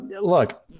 look